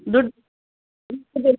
ದುಡ್ಡು